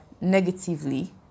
negatively